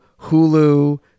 Hulu